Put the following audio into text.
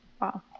Wow